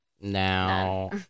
Now